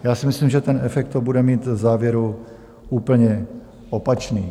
Já si myslím, že ten efekt to bude mít v závěru úplně opačný.